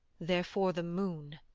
therefore the moon,